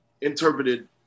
interpreted